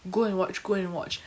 go and watch go and watch